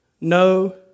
no